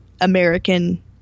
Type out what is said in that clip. American